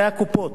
זה הקופות.